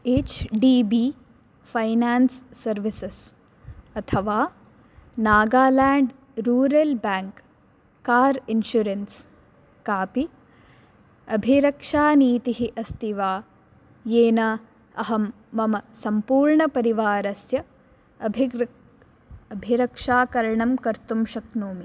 H D B finance services अथवा Nagaland rural bank car insurance कापि अभिरक्षानीतिः अस्ति वा येन अहं मम सम्पूर्णपरिवारस्य अभिकृ अभिरक्षाकरणं कर्तुं शक्नोमि